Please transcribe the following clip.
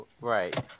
Right